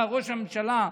ראש הממשלה,